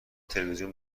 تلویزیون